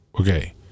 Okay